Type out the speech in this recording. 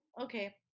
Okay